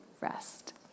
rest